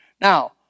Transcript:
Now